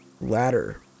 ladder